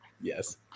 Yes